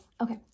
okay